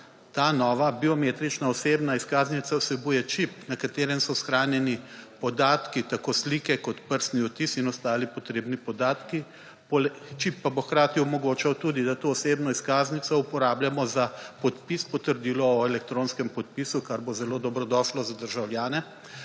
ta nova biometrična osebna izkaznica vsebuje čip, na katerem so shranjeni podatki tako slike kot prstni odtisi in ostali potrebni podatki. Čip pa bo hkrati omogočal, da to osebno izkaznico uporabljamo za podpis potrdilo o elektronskem podpisu, kar bi zelo dobrodošlo za državljane.